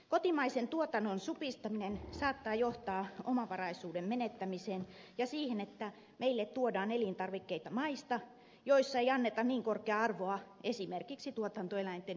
kotimaisen tuotannon supistaminen saattaa johtaa omavaraisuuden menettämiseen ja siihen että meille tuodaan elintarvikkeita maista joissa ei anneta niin korkeaa arvoa esimerkiksi tuotantoeläinten hyvinvoinnille